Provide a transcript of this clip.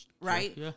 right